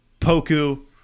Poku